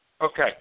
Okay